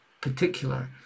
particular